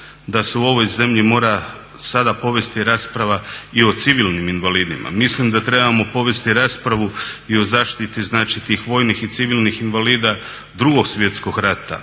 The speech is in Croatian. da se u ovoj zemlji mora sada povesti rasprava i o civilnim invalidima. Mislim da trebamo povesti raspravu i o zaštiti znači tih vojnih i civilnih invalida 2.svjetskog rata,